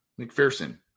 McPherson